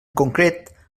concret